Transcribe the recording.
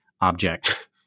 object